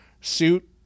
suit